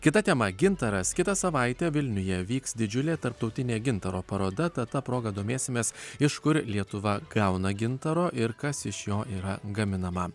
kita tema gintaras kitą savaitę vilniuje vyks didžiulė tarptautinė gintaro paroda ta proga domėsimės iš kur lietuva gauna gintaro ir kas iš jo yra gaminama